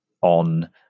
on